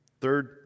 Third